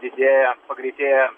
didėja pagreitėja